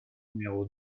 numéro